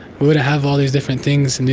we would have all these different things and these,